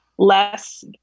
less